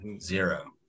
zero